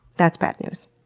that's bad news.